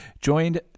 joined